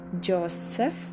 Joseph